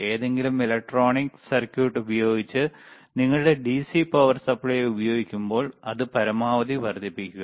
ഏതെങ്കിലും electronic circuit ഉപയോഗിച്ച് നിങ്ങളുടെ ഡിസി പവർ സപ്ലൈ ഉപയോഗിക്കുമ്പോൾ അത് പരമാവധി വർദ്ധിപ്പിക്കുക